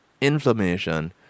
inflammation